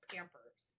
Pampers